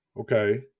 Okay